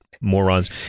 morons